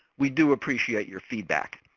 we do appreciate your feedback.